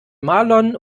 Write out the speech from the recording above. marlon